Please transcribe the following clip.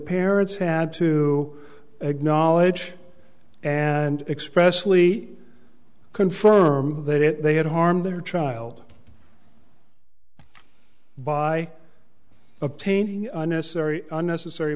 parents had to acknowledge and expressly confirm that they had harmed their child by obtaining unnecessary unnecessary